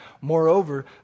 Moreover